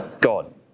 God